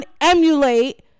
emulate